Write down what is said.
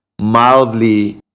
mildly